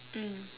mm